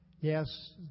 Yes